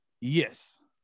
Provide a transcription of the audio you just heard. Yes